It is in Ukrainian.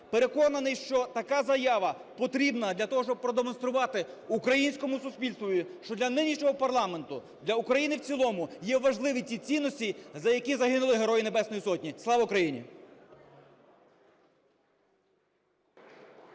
Переконаний, що така заява потрібна для того, щоб продемонструвати українському суспільству, що для нинішнього парламенту, для України в цілому є важливі ці цінності, за які загинули Герої Небесної Сотні. Слава Україні!